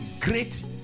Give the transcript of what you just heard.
great